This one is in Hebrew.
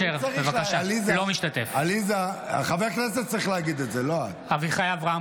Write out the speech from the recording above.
אינו משתתף בהצבעה אביחי אברהם